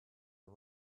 are